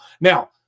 Now